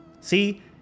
See